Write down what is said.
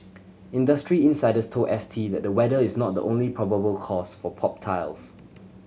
industry insiders told S T that the weather is not the only probable cause for popped tiles